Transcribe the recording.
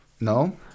No